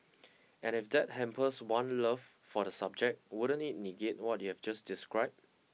and if that hampers one love for the subject wouldn't it negate what you've just described